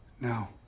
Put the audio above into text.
no